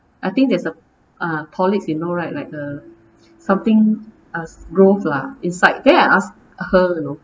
I think there's uh polyps you know right like the something uh growth lah inside then I ask her you know